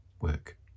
work